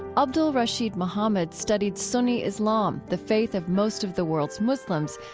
abdul-rasheed muhammad studied sunni islam, the faith of most of the world's muslims,